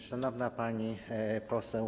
Szanowna Pani Poseł!